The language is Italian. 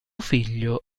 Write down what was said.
figlio